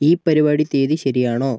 ഈ പരിപാടി തീയതി ശരിയാണോ